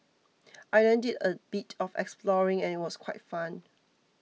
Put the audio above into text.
I then did a bit of exploring and it was quite fun